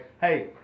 Hey